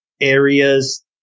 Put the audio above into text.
areas